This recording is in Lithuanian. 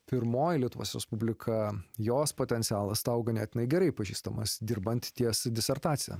pirmoji lietuvos respublika jos potencialas tau ganėtinai gerai pažįstamas dirbant ties disertacija